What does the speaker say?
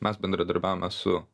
mes bendradarbiavome su